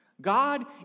God